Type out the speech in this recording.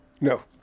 No